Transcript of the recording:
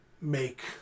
make